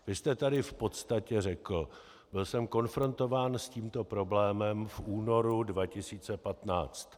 Vy jste tady v podstatě řekl: Byl jsem konfrontován s tímto problémem v únoru 2015.